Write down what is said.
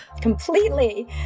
Completely